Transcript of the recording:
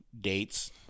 dates